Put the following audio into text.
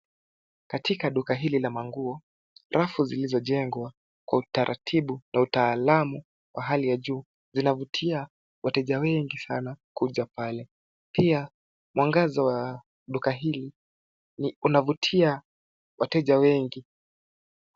Katika duka hili la manguo, rafu zilizojengwa kwa utaratibu na utaalamu wa hali ya juu vinavutia wateja wengi sana kuja pale, pia mwangaza wa duka hili unavutia wateja wengi.